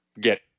get